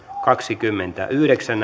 kaksikymmentäyhdeksän